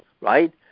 right